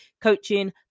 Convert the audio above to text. coaching